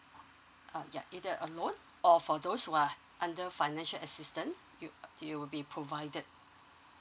um yup either a loan or for those who are under financial assistance you it will be provided